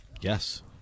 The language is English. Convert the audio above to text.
Yes